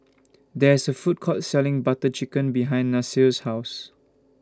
There IS A Food Court Selling Butter Chicken behind Nasir's House